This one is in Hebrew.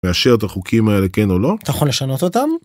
‫מאשר את החוקים האלה כן או לא? ‫אתה יכול לשנות אותם?